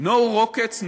נאמר:No rockets,